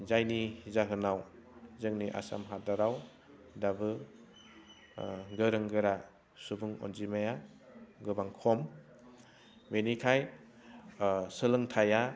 जायनि जाहोनाव जोंनि आसाम हादराव दाबो गोरों गोरा सुबं अनजिमाया गोबां खम बेनिखाय सोलोंथाइया